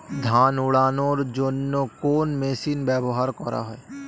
ধান উড়ানোর জন্য কোন মেশিন ব্যবহার করা হয়?